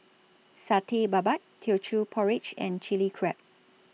Satay Babat Teochew Porridge and Chili Crab